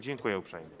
Dziękuję uprzejmie.